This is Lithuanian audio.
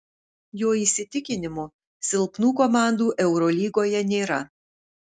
jo įsitikinimu silpnų komandų eurolygoje nėra